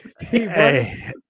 Hey